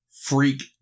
freak